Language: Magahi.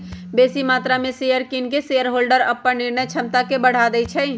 बेशी मत्रा में शेयर किन कऽ शेरहोल्डर अप्पन निर्णय क्षमता में बढ़ा देइ छै